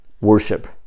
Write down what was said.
worship